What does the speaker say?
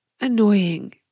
annoying